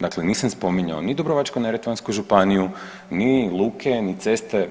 Dakle, nisam spominjao ni Dubrovačko-neretvansku županiju, ni luke, ni ceste.